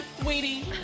sweetie